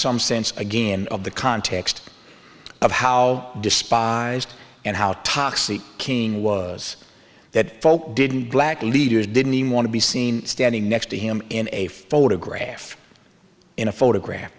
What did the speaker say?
some sense again of the context of how despised and how toxic king was that folk did and black leaders didn't even want to be seen standing next to him in a photograph in a photograph